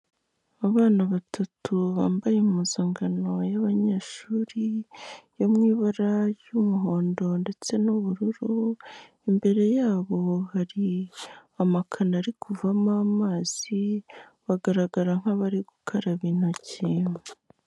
Abana batatu bambaye imuzangano y'abanyeshuri yo mu ibara ry'umuhondo ndetse n'ubururu, imbere yabo hari amakano ari kuvamo amazi, bagaragara nk'abari gukaraba intoki.